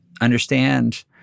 understand